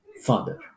father